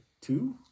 two